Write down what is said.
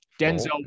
Denzel